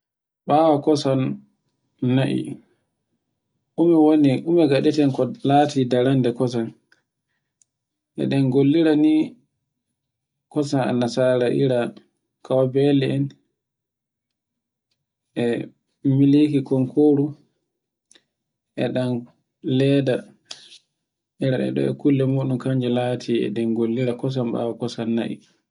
Bawo kosan na'I ɗume ngaɗaten ko lati darande kosan e ɗen gollira ni kosan annasara ira kowbeli en, e miliki konkoru, e ɗan leda. Ira ɗe ɗe kullamuɗun kanje lati e ɗen gollira kosan bawo kosan na'I